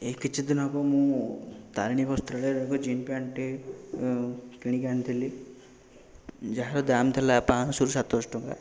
ଏଇ କିଛିଦିନ ହବ ମୁଁ ତାରିଣୀ ବସ୍ତ୍ରାଳୟରୁ ଜିନ୍ ପ୍ୟାଣ୍ଟ୍ଟେ କିଣିକି ଆଣିଥିଲି ଯାହାର ଦାମ୍ ଥିଲା ପାଞ୍ଚଶହରୁ ସାତଶହ ଟଙ୍କା